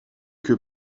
que